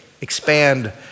expand